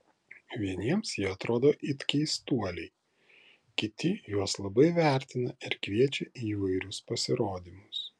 vieniems jie atrodo it keistuoliai kiti juos labai vertina ir kviečia į įvairius pasirodymus